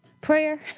prayer